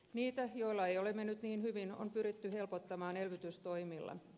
niitä joilla ei ole mennyt niin hyvin on pyritty helpottamaan elvytystoimilla